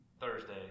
Thursday